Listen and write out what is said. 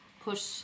push